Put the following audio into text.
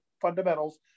fundamentals